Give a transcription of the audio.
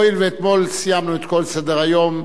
הואיל ואתמול סיימנו את כל סדר-היום,